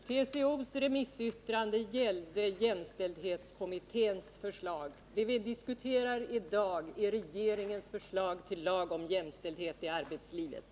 Herr talman! TCO:s remissyttrande gällde jämställdhetskommitténs förslag. Vi diskuterar i dag regeringens förslag till lag om jämställdhet i arbetslivet.